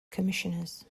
commissioners